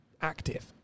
active